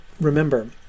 remember